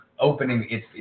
opening